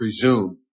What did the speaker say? presume